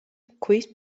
ქვის